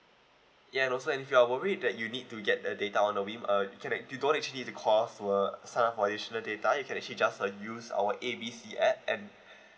ya and also if you are worried that you need to get the data on a whim uh you can ac~ you don't actually to call to sign up for additional data you can actually just uh use our A B C app and